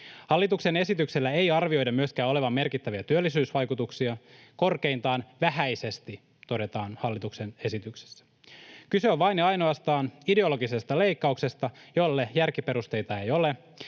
Hallituksen esityksellä ei arvioida myöskään olevan merkittäviä työllisyysvaikutuksia, korkeintaan vähäisesti, todetaan hallituksen esityksessä. Kyse on vain ja ainoastaan ideologisesta leikkauksesta, jolle järkiperusteita ei ole.